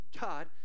God